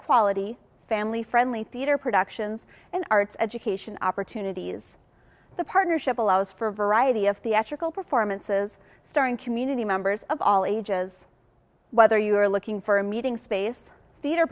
quality family friendly theater productions and arts education opportunities the partnership allows for a variety of the ethical performances starring community members of all ages whether you are looking for a meeting space theater